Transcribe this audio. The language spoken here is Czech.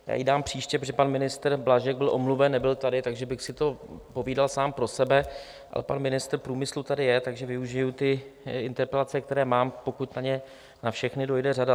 Já ji dám příště, protože pan ministr Blažek byl omluven, nebyl tady, takže bych si to povídal sám pro sebe, ale pan ministr průmyslu tady je, takže využiji ty interpelace, které mám, pokud na ně na všechny dojde řada.